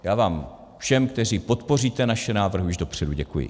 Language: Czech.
Já vám všem, kteří podpoříte naše návrhy, už dopředu děkuji.